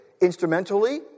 instrumentally